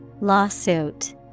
Lawsuit